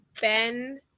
Ben